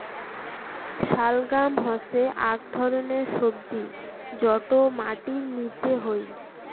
শালগাম হসে আক ধরণের সবজি যটো মাটির নিচে হই